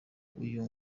uyu